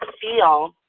feel